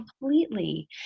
Completely